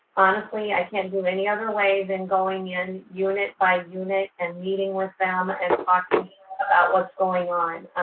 honestly, i can't do any other way than going in unit by unit and meeting with them and talking about what's going on.